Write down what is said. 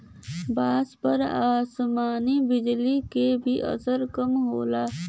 बांस पर आसमानी बिजली क भी असर कम होला